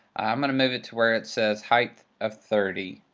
i'm going to move it to where it says height of thirty.